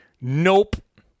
nope